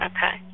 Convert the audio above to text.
Okay